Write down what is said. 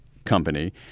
Company